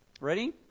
Ready